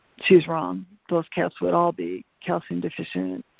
she's wrong, those cats would all be calcium deficient,